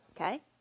Okay